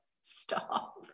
Stop